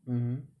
mmhmm